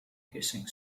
hissing